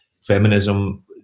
feminism